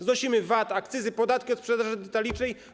Znosimy VAT, akcyzy, podatki od sprzedaży detalicznej.